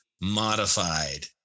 modified